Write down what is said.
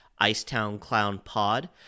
IcetownClownPod